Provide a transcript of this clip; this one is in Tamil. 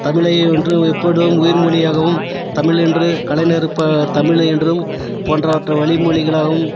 தமிழை என்றும் எப்பொழுதும் உயர் மொழியாகவும் தமிழ் என்று கலைஞர் ப தமிழ் என்றும் போன்றவற்றை வழி மொழிகளாகவும்